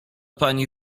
pani